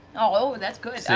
oh, that's good.